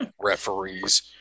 Referees